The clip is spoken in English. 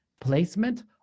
placement